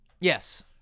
Yes